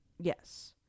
yes